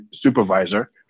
supervisor